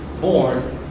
born